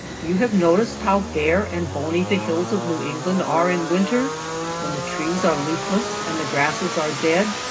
you have noticed how bare and bony the hills of new england are in winter when the trees are leafless and the grasses are dead?